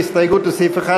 יחיאל חיליק בר,